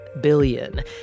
billion